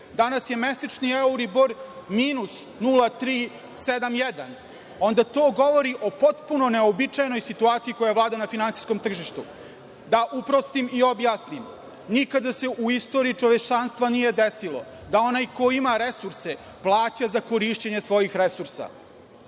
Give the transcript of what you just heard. danas je mesečni euribor minus 0,371, onda to govori o potpuno neuobičajenoj situaciji koja vlada na finansijskom tržištu. Da uprostim i objasnim. Nikada se u istoriji čovečanstva nije desilo da onaj ko ima resurse plaća za korišćenje svojih resursa.